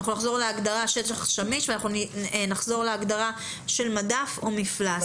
להגדרת שטח שמיש ואנחנו נחזור להגדרה של מדף או מפלס.